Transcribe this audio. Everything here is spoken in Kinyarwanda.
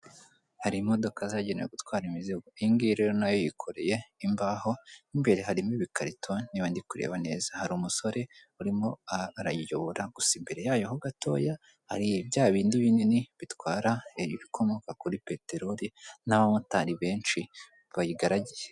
Hari imodoka zagenewe gutwara imizigo iyingiyi rero nayo yikoreye imbaho imbere harimo ibikarito niba ndi kureba neza hari umusore urimo arayiyobora gusa imbere yayo ho gatoya hari bya bindi binini bitwara ibikomoka kuri peterori n'abamotari benshi bayigaragiye.